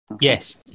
Yes